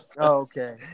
okay